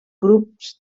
grups